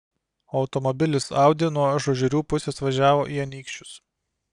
automobilis audi nuo ažuožerių pusės važiavo į anykščius